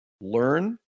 learn